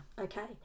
Okay